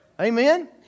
Amen